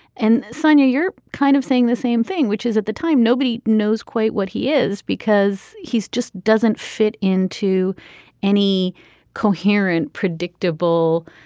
and sonia you're kind of saying the same thing which is at the time nobody knows quite what he is because he's just doesn't fit into any coherent predictable